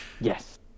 Yes